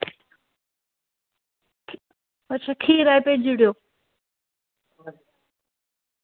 अच्छा खीरा भेजी ओड़ेओ